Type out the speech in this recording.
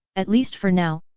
at least for now,